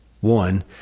one